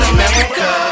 America